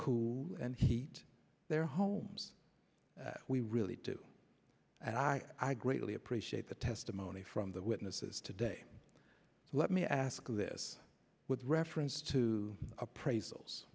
cool and heat their homes we really do and i i greatly appreciate the testimony from the witnesses today so let me ask this with reference to appraisals